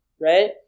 right